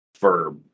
verb